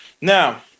Now